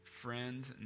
friend